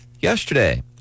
yesterday